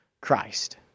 Christ